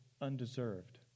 Undeserved